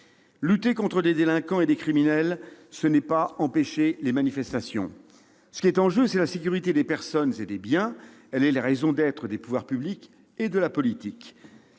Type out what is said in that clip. Lutter contre des délinquants et des criminels, ce n'est pas empêcher les manifestations. Ce qui est en jeu, c'est la sécurité des personnes et des biens : elle est la raison d'être des pouvoirs publics et de la politique.